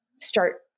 start